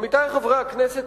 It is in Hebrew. עמיתי חברי הכנסת,